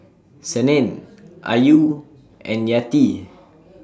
Senin Ayu and Yati